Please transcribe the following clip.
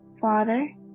Father